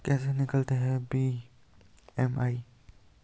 कैसे निकालते हैं बी.एम.आई?